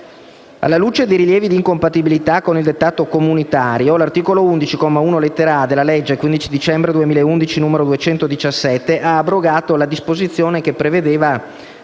Alla luce dei rilievi di incompatibilità con il dettato comunitario, l'articolo 11, comma 1, lettera *a)* della legge del 15 dicembre 2011, n. 217, ha abrogato la disposizione che prevedeva